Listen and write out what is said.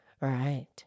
right